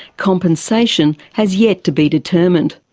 compensation has yet to be determined.